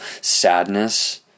sadness